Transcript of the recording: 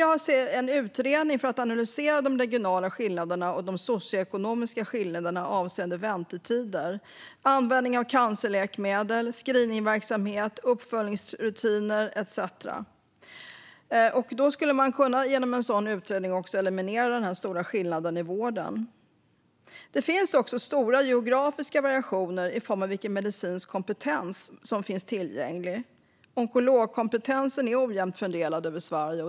Vi vill se en utredning för att analysera de regionala skillnaderna och de socioekonomiska skillnaderna avseende väntetider, användning av cancerläkemedel, screeningverksamhet, uppföljningsrutiner etcetera. Genom en sådan utredning skulle man kunna eliminera den stora skillnaden i vården. Det finns också stora geografiska variationer i form av vilken medicinsk kompetens som finns tillgänglig. Onkologkompetensen är ojämnt fördelad över Sverige.